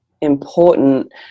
important